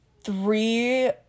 three